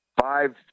five